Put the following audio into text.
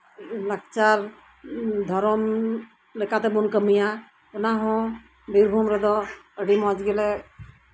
ᱞᱟᱠᱪᱟᱨ ᱫᱷᱚᱨᱚᱢ ᱞᱮᱠᱟᱛᱮ ᱵᱚᱱ ᱠᱟᱹᱢᱤᱭᱟ ᱚᱱᱟᱦᱚᱸ ᱵᱤᱨᱵᱷᱩᱢ ᱨᱮᱫᱚ ᱟᱹᱰᱤ ᱢᱚᱡᱽ ᱜᱮᱞᱮ